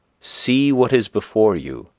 see what is before you,